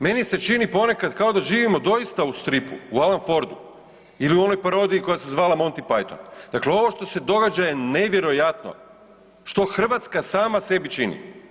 Meni se čini ponekad kao da živimo doista u stripu, u Alan Fordu ili u onoj parodiji koja se zvala Monty Paython, dakle ovo što se događa je nevjerojatno što Hrvatska sama sebi čini.